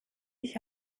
ich